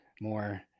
more